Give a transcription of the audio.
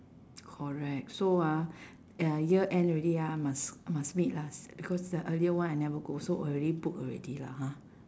correct so ah uh year end already ah must must meet lah because the earlier one I never go so already book already lah ha